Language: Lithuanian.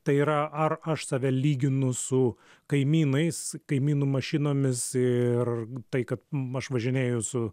tai yra ar aš save lyginu su kaimynais kaimynų mašinomis ir tai kad aš važinėju su